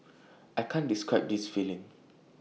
I can't describe this feeling